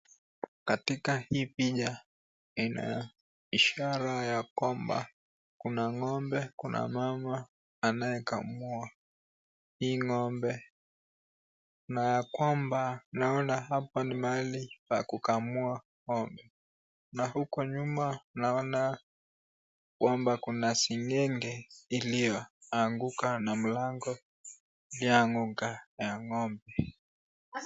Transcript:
Katika hii picha ina ishara ya kwamba kuna ng'ombe, kuna mama anayekamua hii ng'ombe na ya kwamba naona hapa ni mahali pa kukamua ng'ombe. Na huku nyuma naona kwamba kuna seng'enge iliyoanguka na mlango ya anguka ya ng'ombe.